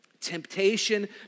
temptation